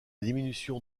diminution